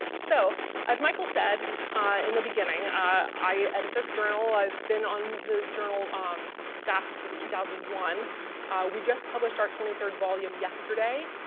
so as michael said in the beginning i edit this journal i've been on the journal um staff since two thousand and one we just published our twenty third volume yesterday.